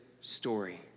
story